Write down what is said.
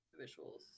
visuals